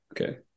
okay